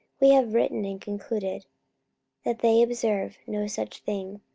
we have written and concluded that they observe no such thing,